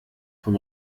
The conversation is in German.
vom